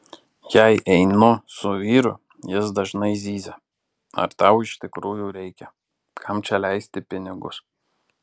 jei einu su vyru jis dažnai zyzia ar tau iš tikrųjų reikia kam čia leisti pinigus